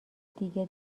دیگه